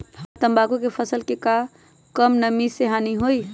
हमरा तंबाकू के फसल के का कम नमी से हानि होई?